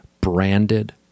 branded